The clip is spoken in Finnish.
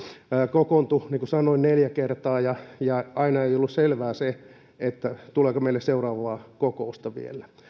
kokoontui niin kuin sanoin neljä kertaa ja ja aina ei ollut selvää se tuleeko meille seuraavaa kokousta vielä